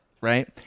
right